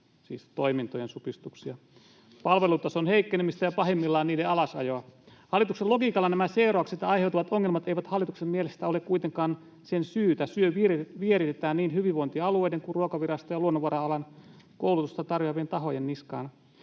siis toimintojen supistuksia — palvelutason heikkenemistä ja pahimmillaan niiden alasajoa. [Juha Mäenpää: Millä tavalla?] Hallituksen logiikalla nämä seurauksista aiheutuvat ongelmat eivät hallituksen mielestä ole kuitenkaan sen syytä. Syy vieritetään niin hyvinvointialueiden kuin Ruokaviraston ja luonnonvara-alan koulutusta tarjoavien tahojen niskaan.